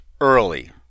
early